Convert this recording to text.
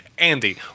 Andy